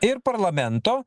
ir parlamento